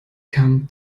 come